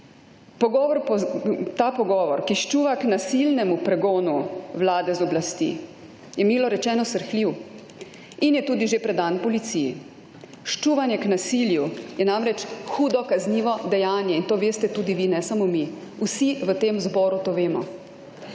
Ta pogovor, ki ščuva k nasilnemu pregonu vlade z oblasti, je, milo rečeno, srhljiv in je tudi že predan policiji. Ščuvanje k nasilju je namreč hudo kaznivo dejanje in to veste tudi vi ne samo mi, vsi v tem zboru to vemo.